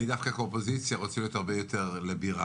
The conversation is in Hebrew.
אני דווקא אופוזיציה רוצה להיות הרבה יותר ליברלי,